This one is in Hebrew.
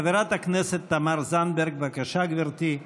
חברת הכנסת תמר זנדברג, בבקשה, גברתי.